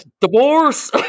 divorce